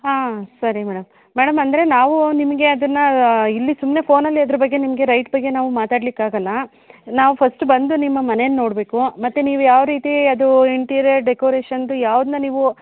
ಹ್ಞೂ ಸರಿ madam madam ಅಂದರೆ ನಾವು ನಿಮಗೆ ಅದನ್ನ ಇಲ್ಲಿ ಸುಮ್ಮನೆ ಫೋನಲ್ಲಿ ಅದ್ರ ಬಗ್ಗೆ ನಿಮಗೆ ರೈಟ್ ಬಗ್ಗೆ ನಾವು ಮಾತಾಡ್ಲಿಕ್ಕೆ ಆಗೋಲ್ಲ ನಾವು ಫಸ್ಟ್ ಬಂದು ನಿಮ್ಮ ಮನೇನ ನೋಡಬೇಕು ಮತ್ತು ನೀವು ಯಾವ ರೀತಿ ಅದು ಇಂಟೀರಿಯರ್ ಡೆಕೋರೇಷನ್ದು ಯಾವ್ದನ್ನ ನೀವು